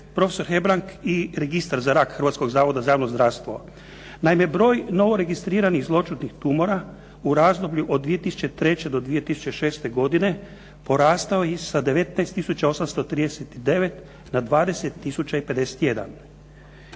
profesor Hebrang i Registar za rak Hrvatskog zavoda za javno zdravstvo. Naime, broj novoregistriranih zloćudnih tumora u razdoblju od 2003. do 2006. godine, porastao je sa 19 tisuća 839